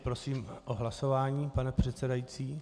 Prosím o hlasování, pane předsedající.